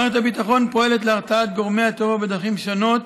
מערכת הביטחון פועלת להרתעת גורמי הטרור בדרכים שונות,